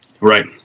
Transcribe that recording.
Right